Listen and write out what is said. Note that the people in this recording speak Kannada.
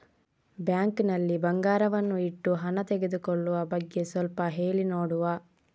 ಬ್ಯಾಂಕ್ ನಲ್ಲಿ ಬಂಗಾರವನ್ನು ಇಟ್ಟು ಹಣ ತೆಗೆದುಕೊಳ್ಳುವ ಬಗ್ಗೆ ಸ್ವಲ್ಪ ಹೇಳಿ ನೋಡುವ?